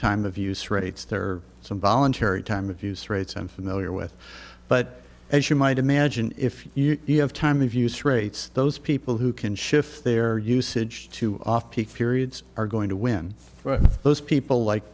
time of use rates there are some voluntary time of use rates i'm familiar with but as you might imagine if you have time of use rates those people who can shift their usage to off peak periods are going to win those people like